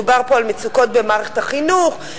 מדובר פה על מצוקות במערכת החינוך,